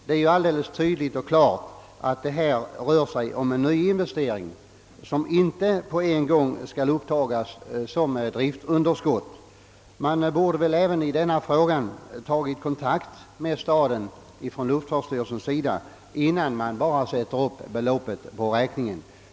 Det är alldeles uppenbart att det här är fråga om en nyinvestering, som inte på en gång bör uppföras som driftunderskott. även i detta fall borde väl luftfartsstyrelsen först ha tagit kontakt med staden i stället för att bara sätta upp beloppet på räkningen.